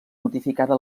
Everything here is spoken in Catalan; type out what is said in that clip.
notificada